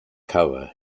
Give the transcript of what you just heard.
cover